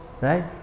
right